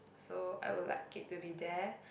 so I would like it to be there